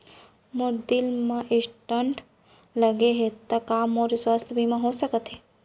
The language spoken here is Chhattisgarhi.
मोर दिल मा स्टन्ट लगे हे ता का मोर स्वास्थ बीमा हो सकत हे?